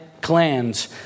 clans